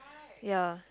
ya